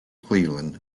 cleveland